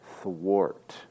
thwart